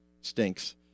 stinks